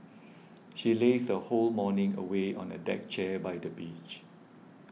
she lazed her whole morning away on a deck chair by the beach